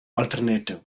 alternative